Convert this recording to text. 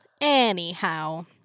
anyhow